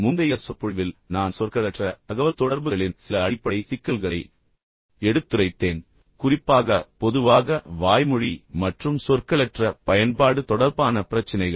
முந்தைய சொற்பொழிவில் நான் சொற்களற்ற தகவல்தொடர்புகளின் சில அடிப்படை சிக்கல்களை எடுத்துரைத்தேன் குறிப்பாக பொதுவாக வாய்மொழி மற்றும் சொற்களற்ற பயன்பாடு தொடர்பான பிரச்சினைகள்